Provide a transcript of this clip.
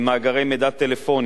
למאגרי מידע טלפוניים,